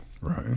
Right